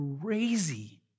crazy